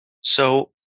So-